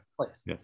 place